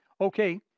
Okay